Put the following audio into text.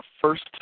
first